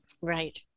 Right